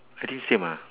I think same lah